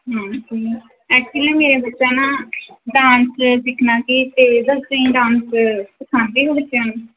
actually ਮੇਰਾ ਬੱਚਾ ਨਾ ਡਾਂਸ ਸਿੱਖਣਾ ਅਤੇ ਡਾਂਸ ਸਿਖਾਉਂਦੇ ਹੋ ਬੱਚਿਆਂ ਨੂੰ